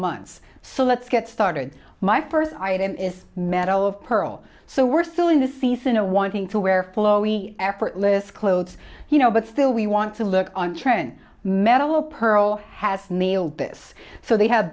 months so let's get started my first item is medal of pearl so we're still in the season a wanting to wear flowing effortless clothes you know but still we want to look on trends metal pearl has me obis so they have